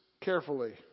carefully